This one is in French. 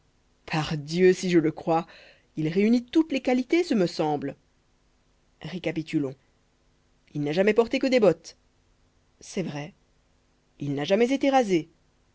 pardieu si je le crois il réunit toutes les qualités ce me semble récapitulons il n'a jamais porté que des bottes c'est vrai il n'a jamais été rasé